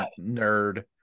nerd